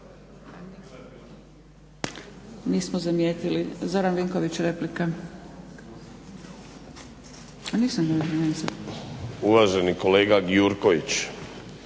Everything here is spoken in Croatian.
Uvaženi kolega Gjurković,